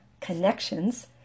connections